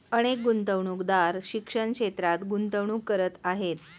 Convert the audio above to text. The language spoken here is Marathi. अनेक गुंतवणूकदार शिक्षण क्षेत्रात गुंतवणूक करत आहेत